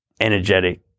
energetic